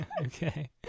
okay